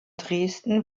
dresden